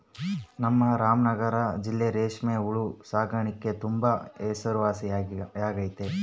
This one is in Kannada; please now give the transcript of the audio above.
ನಮ್ ರಾಮನಗರ ಜಿಲ್ಲೆ ರೇಷ್ಮೆ ಹುಳು ಸಾಕಾಣಿಕ್ಗೆ ತುಂಬಾ ಹೆಸರುವಾಸಿಯಾಗೆತೆ